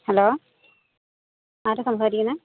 hello ആരാണ് സംസാരിക്കുന്നത്